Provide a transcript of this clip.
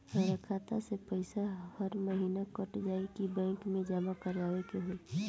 हमार खाता से पैसा हर महीना कट जायी की बैंक मे जमा करवाए के होई?